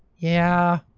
yeah.